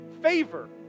favor